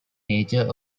nature